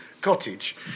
cottage